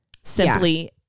simply